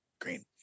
green